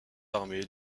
armés